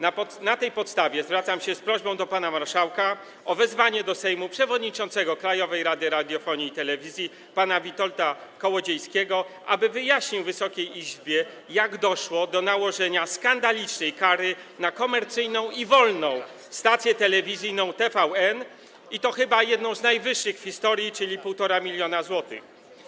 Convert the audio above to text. Na tej podstawie zwracam się z prośbą do pana marszałka o wezwanie do Sejmu przewodniczącego Krajowej Rady Radiofonii i Telewizji pana Witolda Kołodziejskiego, aby wyjaśnił Wysokiej Izbie, jak doszło do nałożenia skandalicznej kary na komercyjną i wolną stację telewizyjną TVN, i to chyba jednej z najwyższych w historii, czyli 1,5 mln zł.